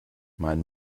mein